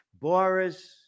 Boris